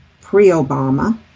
pre-obama